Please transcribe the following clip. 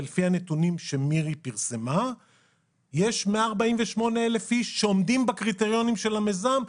ולפי הנתונים שמירי פרסמה יש 148,000 איש שעומדים בקריטריונים של המיזם,